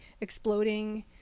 exploding